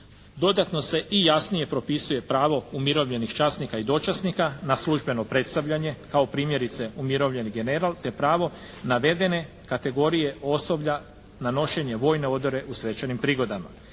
Dodatno se i jasnije propisuje pravo umirovljenih časnika i dočasnika na službeno predstavljanje kao primjerice umirovljeni generala te pravo navedene kategorije osoblja na nošenje vojne odore u svečanim prigodama.